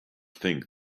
think